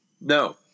No